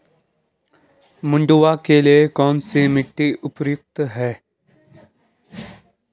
मंडुवा के लिए कौन सी मिट्टी उपयुक्त है?